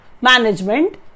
management